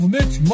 Mitch